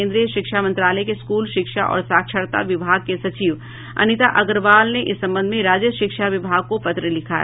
केन्द्रीय शिक्षा मंत्रालय के स्कूल शिक्षा और साक्षरता विभाग के सचिव अनीता करवाल ने इस संबंध में राज्य शिक्षा विभाग को पत्र लिखा है